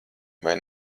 vai